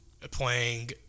playing